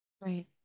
Right